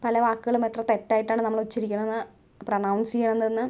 പല വാക്കുകളും എത്ര തെറ്റായിട്ടാണ് നമ്മള് ഉച്ചരിക്കണതെന്ന് പ്രൊനൗൻസെയ്യണതെന്ന്